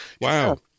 Wow